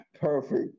perfect